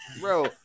bro